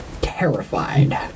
terrified